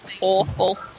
awful